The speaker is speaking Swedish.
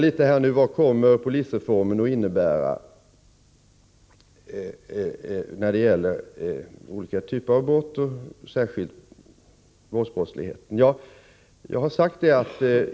Det frågas vad polisreformen kommer att innebära när det gäller olika typer av brott och särskilt våldsbrott.